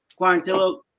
Quarantillo